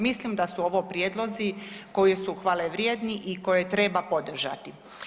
Mislim da su ovo prijedlozi koji su hvale vrijedni i koje treba podržati.